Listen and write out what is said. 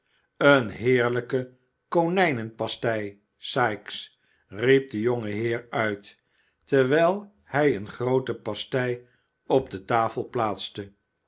een heerlijke konijnen pastei sikes riep de jonge heer uit terwijl hij een groote pastei op de tafel plaatste